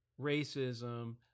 racism